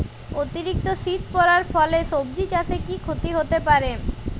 অতিরিক্ত শীত পরার ফলে সবজি চাষে কি ক্ষতি হতে পারে?